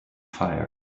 fire